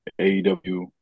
AEW